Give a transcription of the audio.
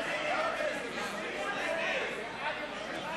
להסיר מסדר-היום